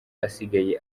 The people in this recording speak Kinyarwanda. asigaye